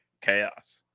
chaos